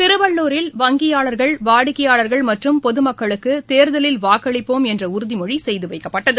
திருவள்ளூரில் வங்கியாளர்கள் வாடிக்கையாளர்கள் மற்றும் பொதுமக்களுக்குதேர்தலில் வாக்களிப்போம் என்றஉறுதிமொழிசெய்துவைக்கப்பட்டது